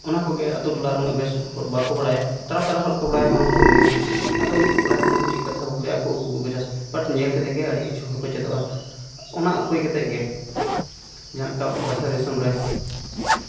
ᱚᱱᱟ ᱠᱚᱜᱮ ᱟᱹᱛᱩᱼᱴᱚᱞᱟᱨᱮ ᱩᱱᱟᱹᱜ ᱵᱮᱥ ᱦᱚᱲ ᱵᱟᱠᱚ ᱵᱟᱲᱟᱭᱟ ᱛᱟᱨᱟ ᱛᱟᱨᱟ ᱦᱚᱲᱠᱚ ᱵᱟᱲᱟᱭᱟ ᱵᱟᱝᱠᱚ ᱞᱟᱹᱭᱟ ᱟᱫᱚ ᱩᱱᱠᱩᱠᱚ ᱵᱟᱲᱟᱭ ᱠᱷᱟᱱᱫᱚ ᱩᱱᱠᱩ ᱪᱮᱫ ᱠᱟᱛᱷᱟᱦᱚᱸ ᱵᱟᱠᱚ ᱞᱟᱹᱭᱟ ᱟᱠᱚ ᱟᱠᱚᱜᱮ ᱵᱟᱴ ᱧᱮᱞ ᱠᱟᱛᱮᱫᱜᱮ ᱟᱹᱰᱤ ᱠᱤᱪᱷᱩ ᱦᱚᱲᱠᱚ ᱪᱮᱫᱚᱜᱼᱟ ᱚᱱᱟ ᱩᱯᱟᱹᱭ ᱠᱟᱛᱮᱫᱜᱮ ᱡᱟᱦᱟᱸᱞᱮᱠᱟ ᱵᱟᱦᱨᱮ ᱫᱤᱥᱚᱢᱨᱮ